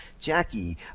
Jackie